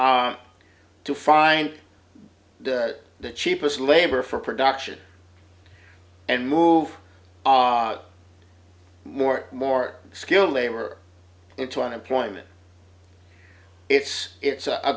to find the cheapest labor for production and move more more skilled labor into unemployment it's it's a